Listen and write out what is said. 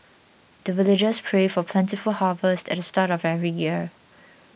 the villagers pray for plentiful harvest at the start of every year